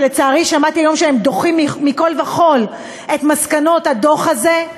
לצערי שמעתי היום שהם דוחים מכול וכול את מסקנות הדוח הזה,